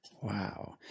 Wow